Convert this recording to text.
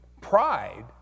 pride